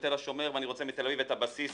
תל השומר ואני רוצה מתל אביב את הבסיס